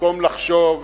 במקום לחשוב,